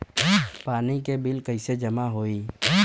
पानी के बिल कैसे जमा होयी?